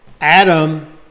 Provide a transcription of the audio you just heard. Adam